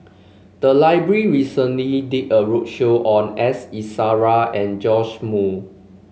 the library recently did a roadshow on S Iswaran and Joash Moo